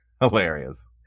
Hilarious